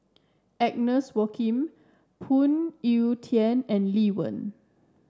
Agnes Phoon Yew Tien and Lee Wen